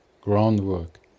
groundwork